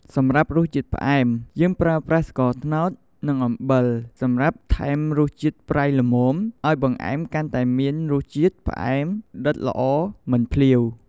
សម្រាប់រសជាតិផ្អែម យើងប្រើប្រាស់ ស្ករត្នោត និងអំបិល សម្រាប់ថែមរសជាតិប្រៃល្មម ឱ្យបង្អែមកាន់តែមានរសជាតិផ្អែមដិតល្អមិនភ្លាវ។